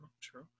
true